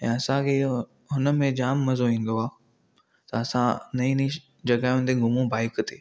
ऐं असां खे इहो हुन में जाम मज़ो ईंदो आहे त असां नईं नईं जॻहियुनि ते घुमऊं बाइक ते